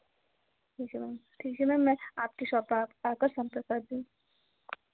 ठीक है मैम ठीक है मैम मैं आपके शॉप पे आ आ कर सम्पर्क करती हूँ